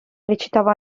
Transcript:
recitava